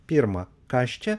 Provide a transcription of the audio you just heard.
pirma kas čia